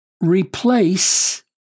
replace